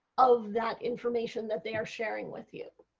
of that information that they are sharing with you.